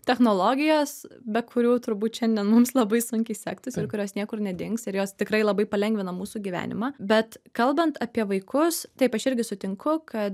technologijos be kurių turbūt šiandien mums labai sunkiai sektųsi ir kurios niekur nedings ir jos tikrai labai palengvina mūsų gyvenimą bet kalbant apie vaikus taip aš irgi sutinku kad